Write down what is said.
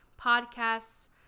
podcasts